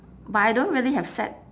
but I don't really have sad